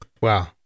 Wow